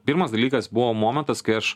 pirmas dalykas buvo momentas kai aš